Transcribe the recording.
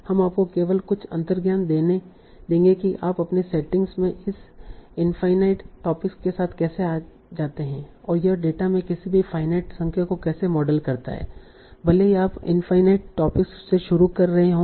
हम आपको केवल कुछ अंतर्ज्ञान देंगे कि आप अपनी सेटिंग में इस इनफाईनाईट टॉपिक्स के साथ कैसे आते हैं और यह डेटा में किसी भी फाईनाईट संख्या को कैसे मॉडल करता है भले ही आप इनफाईनाईट टॉपिक्स से शुरू कर रहे हों